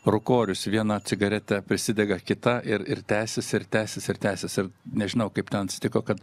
rūkorius vieną cigaretę prisidega kita ir ir tęsis ir tęsis ir tęsis ir nežinau kaip ten atsitiko kad